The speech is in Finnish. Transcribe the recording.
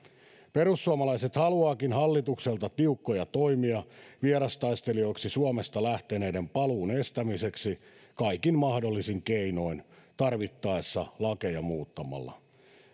perussuomalaiset haluavatkin hallitukselta tiukkoja toimia vierastaistelijoiksi suomesta lähteneiden paluun estämiseksi kaikin mahdollisin keinoin tarvittaessa lakeja muuttamalla